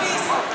אקוניס.